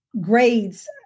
grades